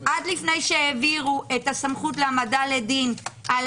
עד לפני שהעבירו את הסמכות להעמדה לדין על